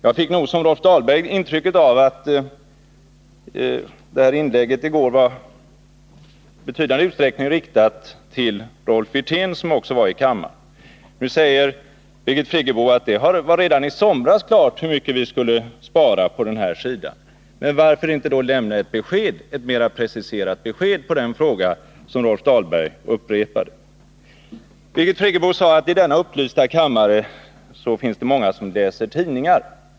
Jag fick liksom Rolf Dahlberg ett intryck av att inlägget i går i betydande utsträckning var riktat till Rolf Wirtén, som också var i kammaren. Nu säger Birgit Friggebo att det var klart redan i somras hur mycket ni skall spara inom bostadssektorn. Varför då inte lämna ett mera preciserat besked som svar på den fråga Rolf Dahlberg upprepade? Birgit Friggebo sade att det i denna upplysta kammare finns många som läser tidningar.